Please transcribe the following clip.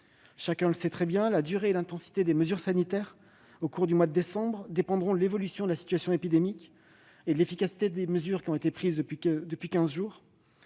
Chacun le sait très bien : la durée et l'intensité des mesures sanitaires au cours du mois de décembre dépendront de l'évolution de la situation épidémique et de l'efficacité des mesures prises depuis quinze jours.